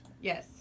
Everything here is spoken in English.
Yes